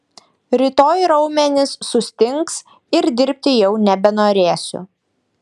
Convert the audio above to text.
rytoj raumenys sustings ir dirbti jau nebenorėsiu